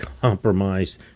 Compromised